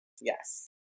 Yes